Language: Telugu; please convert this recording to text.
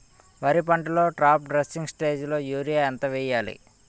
వరి పంటలో టాప్ డ్రెస్సింగ్ స్టేజిలో యూరియా ఎంత వెయ్యాలి?